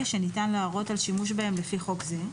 שניתן להורות על שימוש בהם לפי חוק זה.